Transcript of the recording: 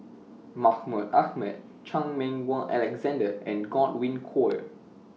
Mahmud Ahmad Chan Meng Wah Alexander and Godwin Koay